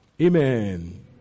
Amen